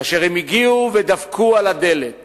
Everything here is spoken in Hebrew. כאשר הם הגיעו ודפקו על הדלת